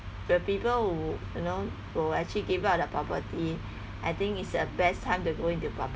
will people who you know will actually give up their property I think it's a best time to go into